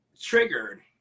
triggered